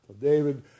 david